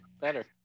better